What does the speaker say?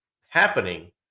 happening